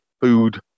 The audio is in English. Food